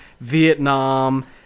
Vietnam